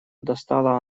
достала